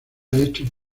hecho